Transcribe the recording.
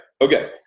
Okay